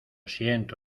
siento